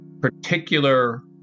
particular